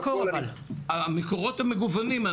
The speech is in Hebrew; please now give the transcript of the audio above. המקורות הם מגוונים,